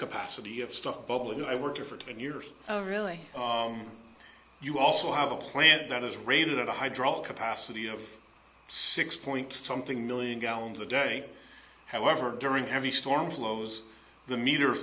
capacity of stuff bubbling i were there for ten years oh really you also have a plant that is rated at a hydraulic capacity of six point something million gallons a day however during heavy storm flows the meter